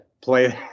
play